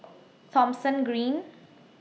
Thomson Green